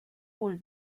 wohl